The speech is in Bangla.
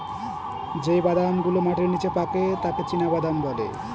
যেই বাদাম গুলো মাটির নিচে পাকে তাকে চীনাবাদাম বলে